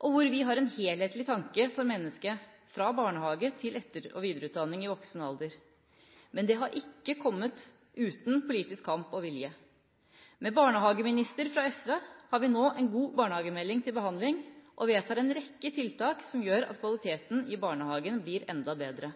og hvor vi har en helhetlig tanke for mennesket fra barnehage til etter- og videreutdanning i voksen alder. Men dette har ikke kommet uten politisk kamp og vilje. Med en barnehageminister fra SV har vi nå en god barnehagemelding til behandling og vedtar en rekke tiltak som gjør at kvaliteten i barnehagen blir enda bedre